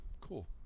cool